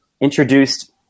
introduced